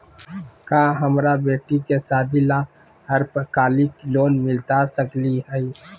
का हमरा बेटी के सादी ला अल्पकालिक लोन मिलता सकली हई?